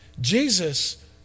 Jesus